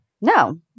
no